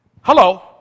Hello